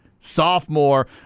sophomore